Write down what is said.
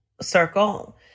circle